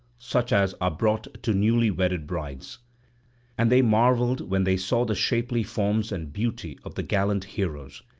such as are brought to newly-wedded brides and they marvelled when they saw the shapely forms and beauty of the gallant heroes,